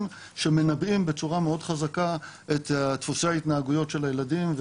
שמנבאים בצורה מאוד חזקה את דפוסי ההתנהגויות של הילדים,